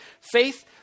Faith